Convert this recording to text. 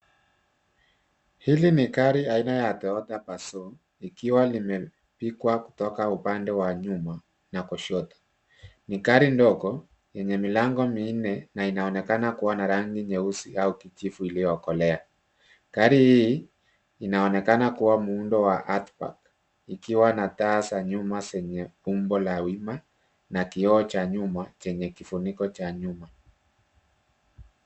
Hili ni gari aina ya Toyota passo likiwa limepigwa kutoka upande wa nyuma na kushoto. Ni gari ndgo yenye milango minne na linaonekana kuwa na rangi nyeusi au kijivu iliyokolea. Gari hii inaonekana kuwa muundo wa hatchback likiwa na umbo la wima na kioo cha nyuma chenye kifuniko cha nyuma.